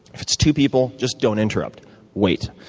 if it's two people, just don't interrupt wait.